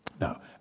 Now